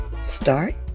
start